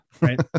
right